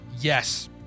yes